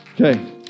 Okay